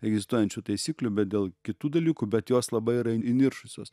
egzistuojančių taisyklių bet dėl kitų dalykų bet jos labai yra įniršusios